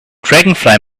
dragonfly